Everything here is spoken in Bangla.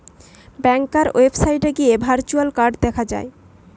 ব্যাংকার ওয়েবসাইটে গিয়ে ভার্চুয়াল কার্ড দেখা যায়